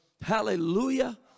Hallelujah